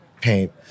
paint